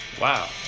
Wow